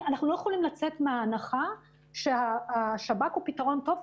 אנחנו לא יכולים לצאת מהנחה שהשב"כ הוא פתרון טוב,